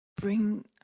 bring